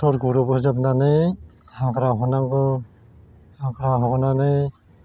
हाथर गुरुबहोजोबनानै हाग्रा हनांगौ हाग्रा हनानै